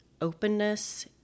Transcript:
openness